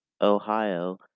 Ohio